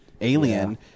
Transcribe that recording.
alien